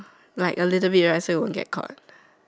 like a little bit right so you won't get caught